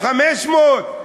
1,500?